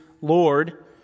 Lord